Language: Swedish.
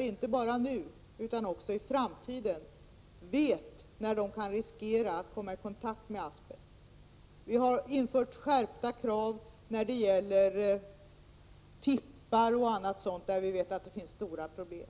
inte bara nu utan också i framtiden, för att arbetarna skall veta när de kan riskera att komma i kontakt med asbest. Vi har även infört skärpta krav när det gäller tippar etc, där vi vet att det finns stora problem.